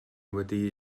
wedi